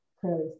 clearly